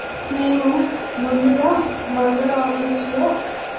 మేము ముందుగా మండల ఆఫీసులో